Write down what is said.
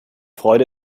freude